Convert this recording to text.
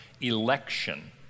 election